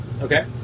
Okay